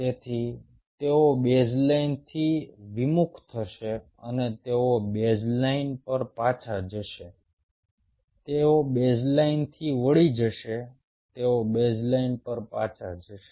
તેથી તેઓ બેઝલાઇનથી વિમુખ થશે અને તેઓ બેઝલાઇન પર પાછા જશે તેઓ બેઝલાઇનથી વળી જશે તેઓ બેઝલાઇન પર પાછા જશે